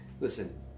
listen